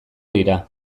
dira